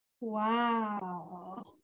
Wow